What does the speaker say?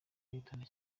aritonda